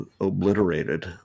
obliterated